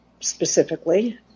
specifically